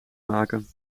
maken